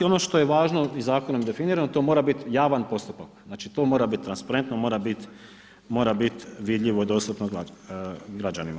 Ono što je važno zakonom definirano to mora biti javan postupak, znači to mora biti transparentno, mora biti vidljivo i dostupno građanima.